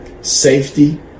safety